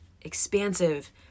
expansive